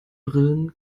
brillen